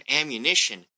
ammunition